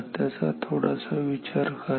त्याचा थोडासा विचार करा